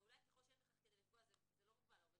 אני מניחה שזה לא נוגע לעובד